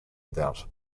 without